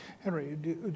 Henry